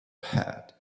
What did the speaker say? head